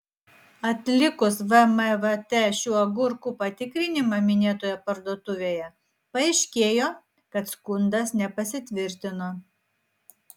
atlikus vmvt šių agurkų patikrinimą minėtoje parduotuvėje paaiškėjo kad skundas nepasitvirtino